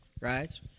right